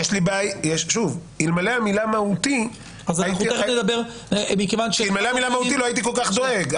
אלמלא המילה "מהותי" לא הייתי כל כך דואג.